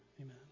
Amen